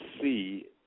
see